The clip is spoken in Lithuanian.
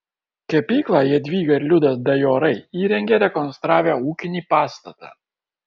kepyklą jadvyga ir liudas dajorai įrengė rekonstravę ūkinį pastatą